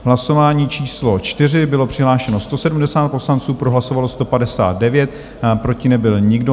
Hlasování číslo 4, bylo přihlášeno 170 poslanců, pro hlasovalo 159, proti nebyl nikdo.